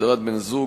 הגדרת בן-זוג),